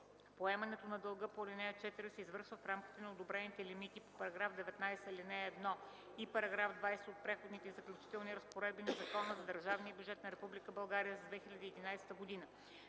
Поемането на дълга по ал. 4 се извършва в рамките на одобрените лимити по § 19, ал. 1 и § 20 от Преходните и заключителните разпоредби на Закона за държавния бюджет на Република България за 2011 г.